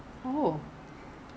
在家要啦灯